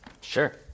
Sure